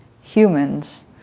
humans